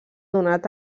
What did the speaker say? donat